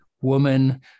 woman